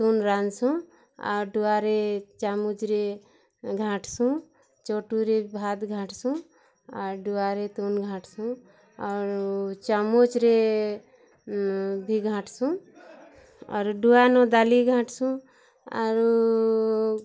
ତୁଣ୍ ରାନ୍ଧସୁଁ ଆଟୁଆରେ ଚାମୁଚରେ ଘାଣ୍ଟସୁଁ ଚଟୁରେ ଭାତ୍ ଘାଣ୍ଟସୁଁ ଆଡ଼ୁଆରେ ତୁଣ୍ ଘାଣ୍ଟସୁଁ ଆରୁ ଚାମୁଚରେ ଭି ଘାଣ୍ଟସୁଁ ଆର୍ ଡୁଆନୁ ଦାଲି ଘାଣ୍ଟସୁଁ ଆରୁ